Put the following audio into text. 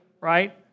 Right